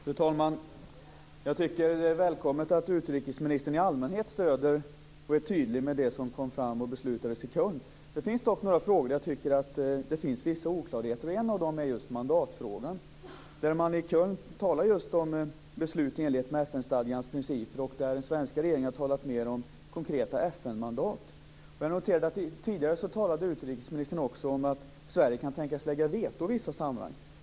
Fru talman! Jag tycker att det är välkommet att utrikesministern i allmänhet är tydlig när det gäller det som beslutades i Köln. I några frågor tycker jag dock att det finns vissa oklarheter. En av dem är mandatfrågan. I Köln talade man om beslut i enlighet med FN stadgans principer, men den svenska regeringen har talat mer om konkreta FN-mandat. Jag noterade att utrikesministern tidigare också talade om att Sverige kan tänkas lägga sitt veto i vissa sammanhang.